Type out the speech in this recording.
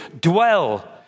dwell